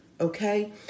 okay